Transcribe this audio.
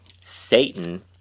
Satan